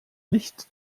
licht